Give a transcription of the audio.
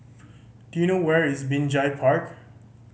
do you know where is Binjai Park